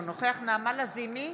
אינו נוכח נעמה לזימי,